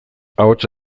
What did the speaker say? ahotsa